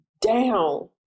down